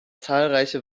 zahlreiche